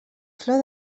flor